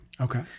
Okay